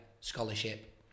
scholarship